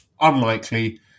unlikely